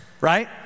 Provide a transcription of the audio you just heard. right